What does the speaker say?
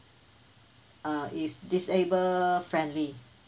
uh is disabled friendly